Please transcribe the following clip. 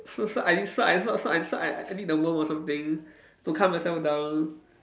so so I so I so so I so I I need the warmth or something to calm myself down